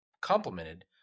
complemented